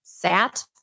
sat